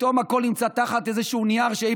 פתאום הכול נמצא תחת איזשהו נייר שאי